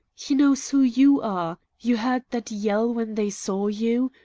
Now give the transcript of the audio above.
he knows who you are! you heard that yell when they saw you?